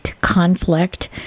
conflict